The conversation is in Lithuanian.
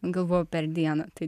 galvojau per dieną tai